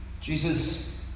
Jesus